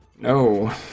No